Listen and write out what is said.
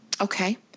Okay